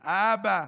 האבא,